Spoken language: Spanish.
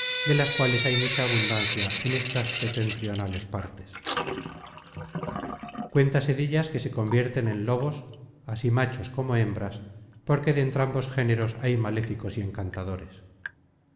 de las cuales hay mucha abundancia en estas setentrionales partes cuéntase dellas que se convierten en lobos así machos como hembras porque de entrambos géneros hay maléficos y encantadores